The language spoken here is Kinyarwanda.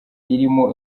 irimo